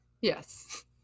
Yes